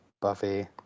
Buffy